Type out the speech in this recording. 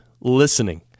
listening